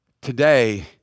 today